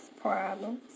problems